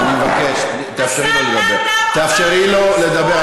אני מבקש, תאפשרי לו לדבר.